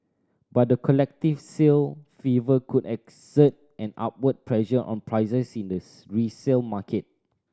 but the collective sale fever could exert an upward pressure on prices in this resale market